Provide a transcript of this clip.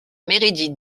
meredith